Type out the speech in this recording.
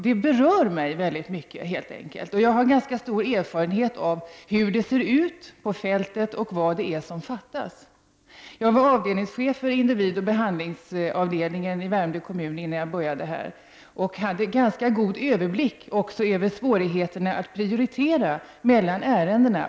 Det berör mig mycket. Jag har stor erfarenhet av hur det ser ut på fältet och vad det är som fattas. Jag var chef för individoch behandlingsavdelningen i Värmdö kommun innan jag började i riksdagen. Där hade jag god överblick också över svårigheterna att prioritera mellan ärendena.